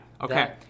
Okay